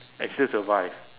and still survive